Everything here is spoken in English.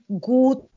good